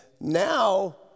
now